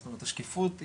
זאת אומרת השקיפות היא,